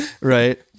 Right